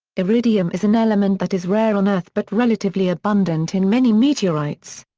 iridium is an element that is rare on earth but relatively abundant in many meteorites.